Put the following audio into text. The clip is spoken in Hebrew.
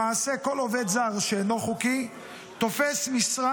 למעשה כל עובד זר שאינו חוקי תופס משרה